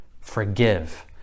forgive